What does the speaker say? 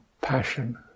passion